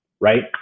right